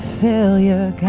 failure